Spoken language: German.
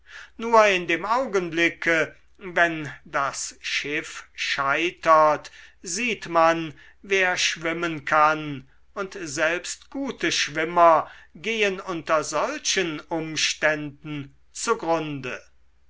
nur in dem augenblicke wenn das schiff scheitert sieht man wer schwimmen kann und selbst gute schwimmer gehen unter solchen umständen zugrunde